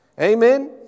Amen